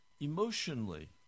emotionally